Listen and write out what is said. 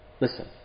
Listen